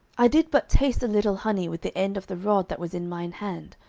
i did but taste a little honey with the end of the rod that was in mine hand,